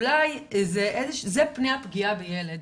אלה פני הפגיעה בילד.